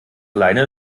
alleine